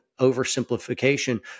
oversimplification